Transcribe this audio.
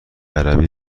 عربی